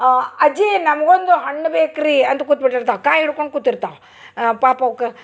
ಅಜ್ಜಿ ನಮ್ಗೊಂದು ಹಣ್ಣು ಬೇಕ್ರಿ ಅಂತ ಕೂತ್ಬಿಟ್ಟಿರ್ತಾವೆ ಕಾಯಿ ಇಡ್ಕೊಂಡು ಕೂತಿರ್ತಾವೆ ಪಾಪ ಅವ್ಕ